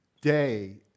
day